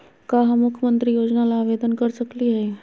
का हम मुख्यमंत्री योजना ला आवेदन कर सकली हई?